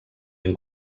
ben